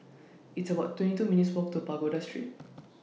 It's about twenty two minutes' Walk to Pagoda Street